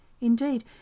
Indeed